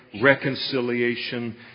reconciliation